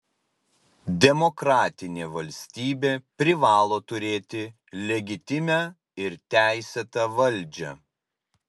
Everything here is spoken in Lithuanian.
demokratinė valstybė privalo turėti legitimią ir teisėtą valdžią